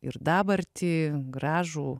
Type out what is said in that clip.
ir dabartį gražų